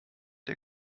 der